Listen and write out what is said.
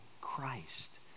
Christ